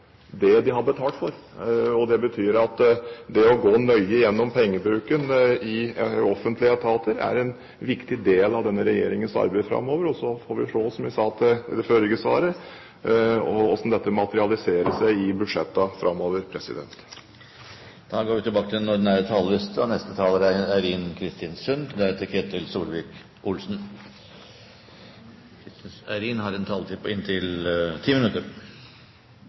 det de har betalt for. Det betyr at det å gå nøye gjennom pengebruken i offentlige etater er en viktig del av denne regjeringens arbeid framover. Og så får vi se – som jeg sa i det forrige svaret – hvordan det materialiserer seg i budsjettene framover. Replikkordskiftet er dermed omme. Den menneskeskapte oppvarmingen av vår felles jord truer hele vår eksistens. Det overveldende flertallet av vitenskapsfolk og forskere er samstemte her. Det foregår en